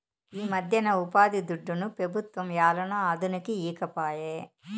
ఈమధ్యన ఉపాధిదుడ్డుని పెబుత్వం ఏలనో అదనుకి ఈకపాయే